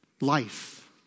Life